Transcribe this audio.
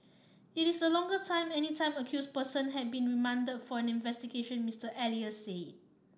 it is the longest time any time accused person has been remanded for an investigation Mister Elias said